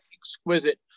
Exquisite